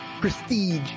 prestige